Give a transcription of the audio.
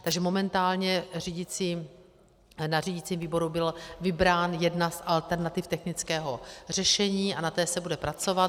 Takže momentálně na řídícím výboru byla vybrána jedna z alternativ technického řešení a na té se bude pracovat.